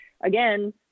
again